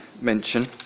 mention